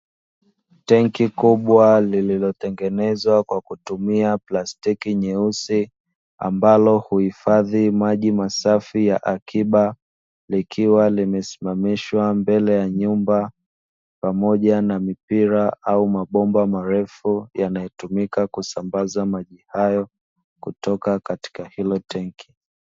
Tenki kubwa lililotengenezwa kwa kutumia plastiki nyeusi, ambalo huhifadhi maji masafi ya akiba, likiwa limesimamishwa mbele ya nyumba, pamoja na mipira au mabomba marefu yanayotumika kusambaza maji hayo, kutoka katika hilo tenki.